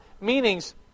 meanings